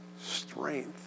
strength